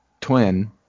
twin